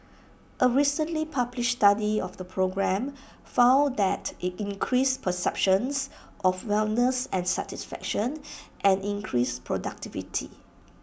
A recently published study of the program found that IT increased perceptions of wellness and satisfaction and increased productivity